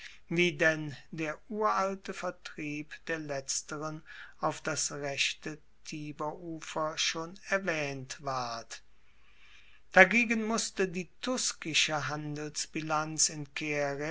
wie denn der uralte vertrieb der letzteren auf das rechte tiberufer schon erwaehnt ward dagegen musste die tuskische handelsbilanz in caere